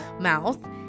mouth